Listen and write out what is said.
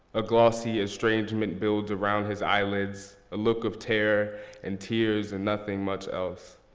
a glossy estrangement builds around his eyelids. a look of terror and tears and nothing much else.